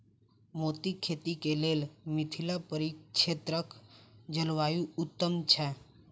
मोतीक खेती केँ लेल मिथिला परिक्षेत्रक जलवायु उत्तम छै?